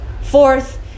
Fourth